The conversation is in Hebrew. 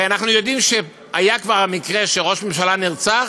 הרי אנחנו יודעים שהיה כבר מקרה שראש ממשלה נרצח,